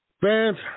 Fans